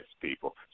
people